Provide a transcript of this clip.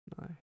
No